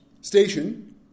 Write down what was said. station